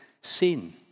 sin